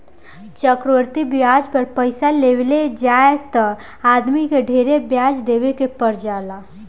चक्रवृद्धि ब्याज पर पइसा लेवल जाए त आदमी के ढेरे ब्याज देवे के पर जाला